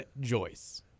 Joyce